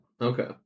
Okay